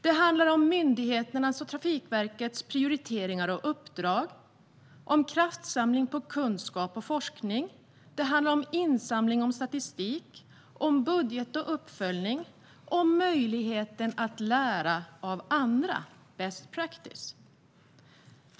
Det handlar om myndigheternas och Trafikverkets prioriteringar och uppdrag och kraftsamling för kunskap och forskning. Det handlar om insamling av statistik, om budget och uppföljning och om möjligheten att lära av andra, best practice.